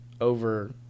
over